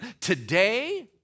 Today